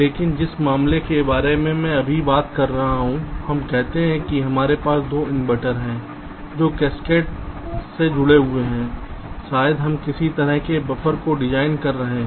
लेकिन जिस मामले के बारे में मैं अभी बात कर रहा हूँ हम कहते हैं कि हमारे पास 2 इनवर्टर हैं जो कैस्केड में जुड़े हुए हैं शायद हम किसी तरह के बफर को डिजाइन कर रहे हैं